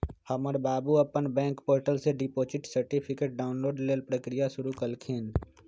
हमर बाबू अप्पन बैंक पोर्टल से डिपॉजिट सर्टिफिकेट डाउनलोड लेल प्रक्रिया शुरु कलखिन्ह